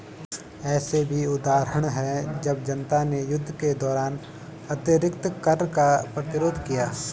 ऐसे भी उदाहरण हैं जब जनता ने युद्ध के दौरान अतिरिक्त कर का प्रतिरोध किया